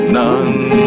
none